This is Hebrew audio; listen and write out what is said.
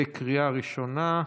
בקריאה ראשונה.